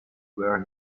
where